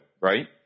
right